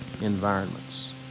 environments